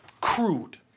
crude